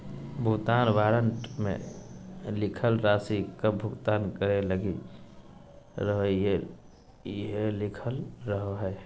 भुगतान वारन्ट मे लिखल राशि कब भुगतान करे लगी रहोहाई इहो लिखल रहो हय